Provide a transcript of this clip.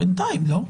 בינתיים לא.